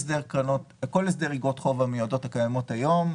הסדר אגרות החוב המיועדות הקיימות היום,